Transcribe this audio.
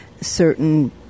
certain